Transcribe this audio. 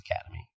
Academy